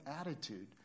attitude